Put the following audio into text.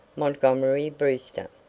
montgomery brewster.